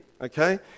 okay